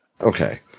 Okay